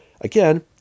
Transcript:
Again